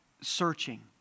searching